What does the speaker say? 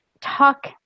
talk